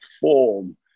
form